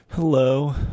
Hello